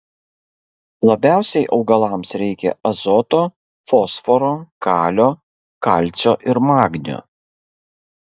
labiausiai augalams reikia azoto fosforo kalio kalcio ir magnio